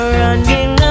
running